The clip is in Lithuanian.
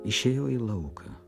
išėjau į lauką